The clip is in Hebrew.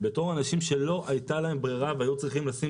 בתור אנשים שלא הייתה להם ברירה והיו צריכים לשים